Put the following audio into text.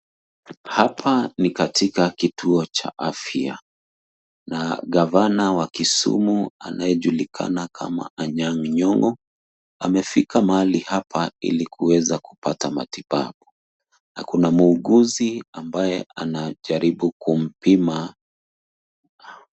Hapa ni katika kituo cha afya na gavana wa kisumu anayejulikana kama anyang nyongo amefika mahali hapa ilikuweza kupata matibabu na kuna muuguzi ambaye anajaribu kumpima.